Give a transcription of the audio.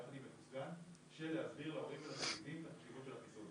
יחד --- להסביר להורים ולתלמידים את החשיבות של החיסון.